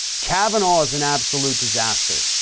kavanaugh is an absolute disaster,